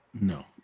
No